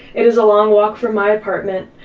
it is a long walk from my apartment,